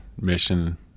mission